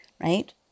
Right